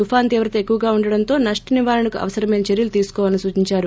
తుఫాను తీవ్రత ఎక్కువగా ఉండడంతో నష్ష నివారణకు అవసరమైన చర్యలు తీసుకోవాలని సూచించారు